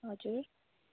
हजुर